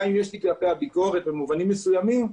גם אם יש לי כלפיה ביקורת במובנים מסוימים,